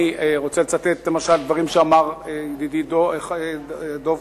אני רוצה לצטט למשל דברים שאמר ידידי דב חנין: